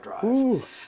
drive